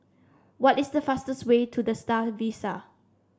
what is the fastest way to The Star Vista